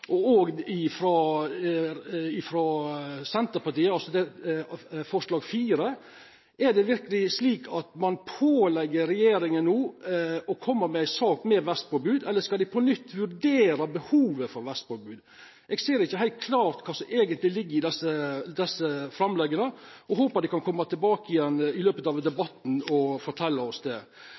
forslag nr. 4. Er det verkeleg slik at ein pålegg regjeringa å koma med ei sak om vestpåbod, eller skal ein på nytt vurdera behovet for vestpåbod? Eg ser ikkje heilt klart kva som eigentleg ligg i desse framlegga, og håpar at dei under debatten vil fortelja oss det. I